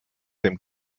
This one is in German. dem